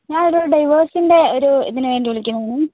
ഞാൻ ഒരു ഡൈവോഴ്സിൻ്റെ ഒരു ഇതിന് വേണ്ടി വിളിക്കുന്നതാണ്